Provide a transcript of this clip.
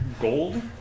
gold